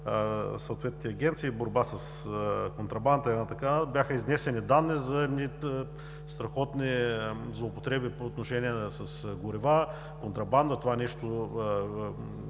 съответните агенции за борба с контрабандата – има една такава, бяха изнесени данни за едни страхотни злоупотреби по отношение с горива, контрабанда. За това нещо